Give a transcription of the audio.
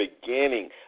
beginning